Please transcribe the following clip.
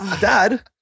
Dad